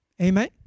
Amen